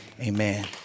amen